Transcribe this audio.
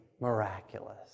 miraculous